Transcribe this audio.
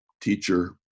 teacher